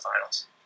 Finals